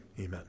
amen